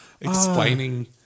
explaining